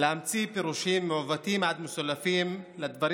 להמציא פירושים מעוותים עד מסולפים לדברים